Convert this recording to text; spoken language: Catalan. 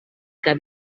que